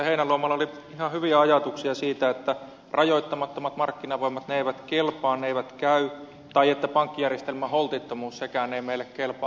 heinäluomalla oli ihan hyviä ajatuksia siitä että rajoittamattomat markkinavoimat eivät kelpaa ne eivät käy tai että pankkijärjestelmän holtittomuus sekään ei meille kelpaa